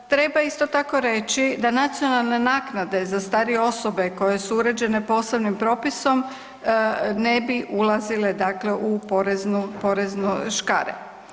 Treba isto tako reći da nacionalne naknade za starije osobe koje su uređene posebnim propisom ne bi ulazile dakle u poreznu, porezne škare.